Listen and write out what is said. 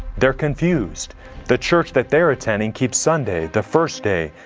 they're confused the church that they're attending keeps sunday, the first day,